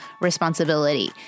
responsibility